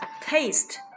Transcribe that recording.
taste